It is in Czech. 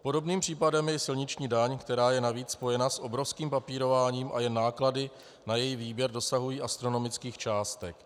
Podobným případem je silniční daň, která je navíc spojena s obrovským papírováním, a jen náklady na její výběr dosahují astronomických částek.